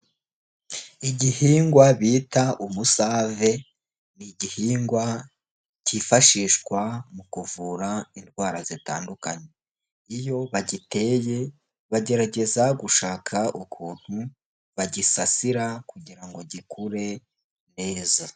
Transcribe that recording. Igihingwa bita umusave ni igihingwa kifashishwa mu kuvura indwara zitandukanye, iyo bagiteye bagerageza gushaka ukuntu bagisasira kugira ngo gikure neza.